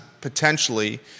potentially